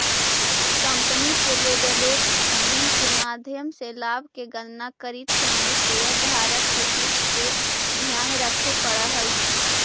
company के leveraging के माध्यम से लाभ के गणना करित समय शेयरधारक के हित के ध्यान रखे पड़ऽ हई